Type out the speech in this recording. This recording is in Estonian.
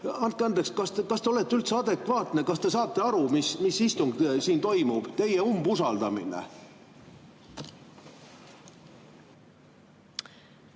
Andke andeks, kas te olete üldse adekvaatne? Kas te saate aru, mis istung siin toimub? Teie umbusaldamine.